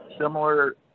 similar